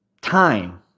time